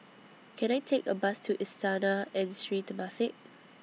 Can I Take A Bus to Istana and Sri Temasek